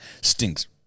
stinks